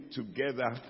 together